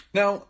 now